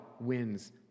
wins